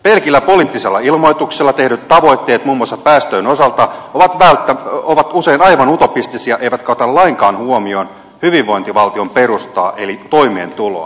pelkällä poliittisella ilmoituksella tehdyt tavoitteet muun muassa päästöjen osalta ovat usein aivan utopistisia eivätkä ota lainkaan huomioon hyvinvointivaltion perustaa eli toimeentuloa